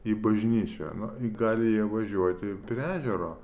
į bažnyčią na gali jie važiuoti prie ežero